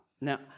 Now